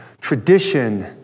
tradition